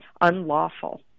unlawful